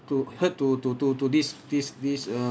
to hurt to to to to this this this err